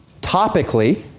topically